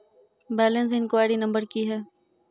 Balance inquiry number की है?